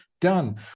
done